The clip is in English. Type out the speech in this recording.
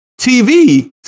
TV